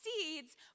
seeds